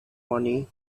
money